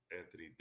Anthony